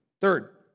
Third